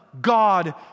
God